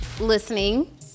listening